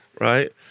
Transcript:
right